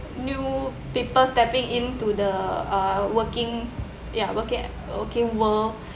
new people stepping into the uh working ya working working world